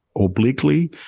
obliquely